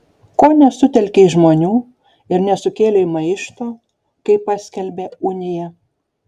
ko nesutelkei žmonių ir nesukėlei maišto kai paskelbė uniją